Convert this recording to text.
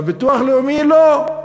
בביטוח הלאומי לא.